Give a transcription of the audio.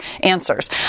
answers